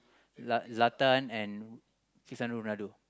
za~ Zlatan and Cristiano-Ronaldo